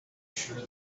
sure